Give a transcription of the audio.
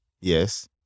yes